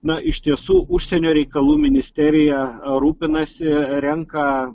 na iš tiesų užsienio reikalų ministerija rūpinasi renka